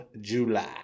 July